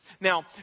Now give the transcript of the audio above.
Now